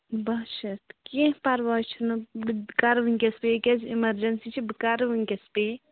بہہ شَتھ کیٚنہہ پرواے چھُنہٕ بہٕ کَرٕ وٕنۍکٮ۪س پے کیٛازِ اِمَرجَنسی چھےٚ بہٕ کَرٕ وٕنۍکٮ۪س پے